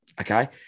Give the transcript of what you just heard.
Okay